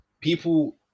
people